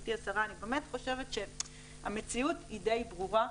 גברתי השרה אני באמת חושבת שהמציאות היא די ברורה.